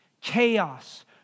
chaos